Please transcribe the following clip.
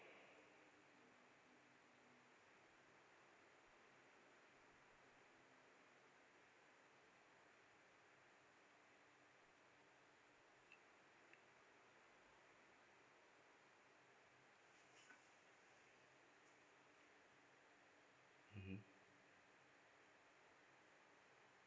mmhmm